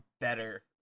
better